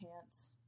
pants